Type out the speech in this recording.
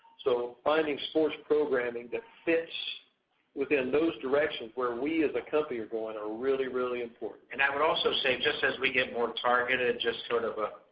so finding sports programming that fits within those directions where we as a company are going are really, really important. and i would also say, just as we get more targeted, just sort of ah